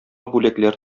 бүләкләр